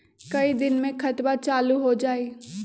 कई दिन मे खतबा चालु हो जाई?